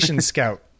scout